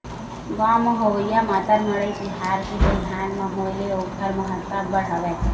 गाँव म होवइया मातर मड़ई तिहार के दईहान म होय ले ओखर महत्ता अब्बड़ हवय